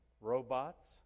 robots